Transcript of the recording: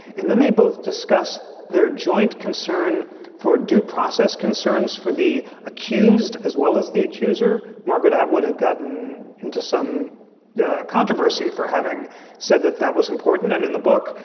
and then they both discuss their joint concern for due process concerns for the accused as well as the accuser. margaret atwood had gotten into some controversy for having said that, that was important. and in the book,